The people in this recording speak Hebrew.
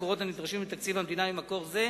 המקורות הנדרשים לתקציב המדינה ממקור זה,